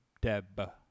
Deb